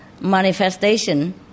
manifestation